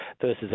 versus